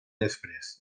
després